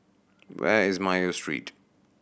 where is Mayo Street